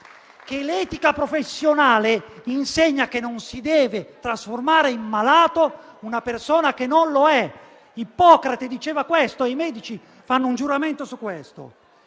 che l'etica professionale insegna che non si deve trasformare in malato una persona che non lo è. Ippocrate diceva questo e i medici fanno un giuramento su questo.